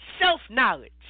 self-knowledge